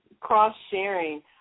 cross-sharing